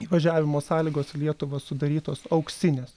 įvažiavimo sąlygos į lietuvą sudarytos auksinės